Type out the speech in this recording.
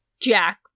Jack